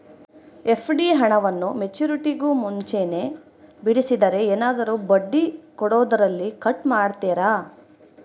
FD ಹಣವನ್ನು ಮೆಚ್ಯೂರಿಟಿಗೂ ಮುಂಚೆನೇ ಬಿಡಿಸಿದರೆ ಏನಾದರೂ ಬಡ್ಡಿ ಕೊಡೋದರಲ್ಲಿ ಕಟ್ ಮಾಡ್ತೇರಾ?